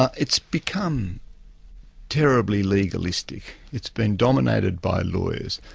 ah it's become terribly legalistic. it's been dominated by lawyers.